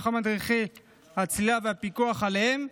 הסמכת מדריכי הצלילה והפיקוח עליהם.